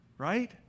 right